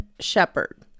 Shepard